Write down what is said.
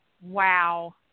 wow